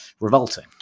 revolting